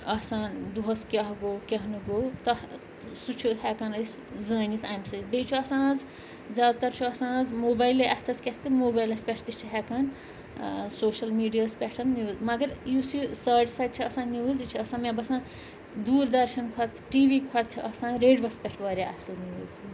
آسان دۄہَس کیٛاہ گوٚو کیٛاہ نہٕ گوٚو تَتھ سُہ چھُ ہٮ۪کان أسۍ زٲنِتھ امہِ سۭتۍ بیٚیہِ چھُ آسان آز زیادٕ تَر چھُ آسان آز موبایل اَتھَس کٮ۪تھ تہٕ موبایلَس پٮ۪ٹھ تہِ چھِ ہٮ۪کان سوشَل میٖڈیاہَس پٮ۪ٹھ نِوٕز مگر یُس یہِ ساڑِ ساتہِ چھِ آسان نِوٕز یہِ چھِ آسان مےٚ باسان دوٗر دَرشَن کھۄتہٕ ٹی وی کھۄتہٕ چھِ آسان ریڈِوَس پٮ۪ٹھ واریاہ اَصٕل نِوٕز